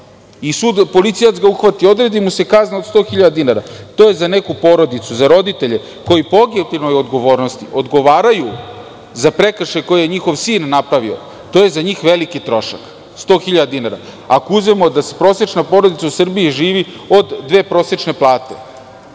i policija ga uhvati, odredi mu se kazna od 100.000 dinara. To je za neku porodicu, za roditelje koji po objektivnoj odgovornosti odgovaraju za prekršaj koji je njihov sin napravio, to je za njih veliki trošak, 100.000 dinara, ako uzmemo da prosečna porodica u Srbiji živi od dve prosečne